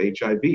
HIV